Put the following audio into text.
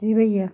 जी भैया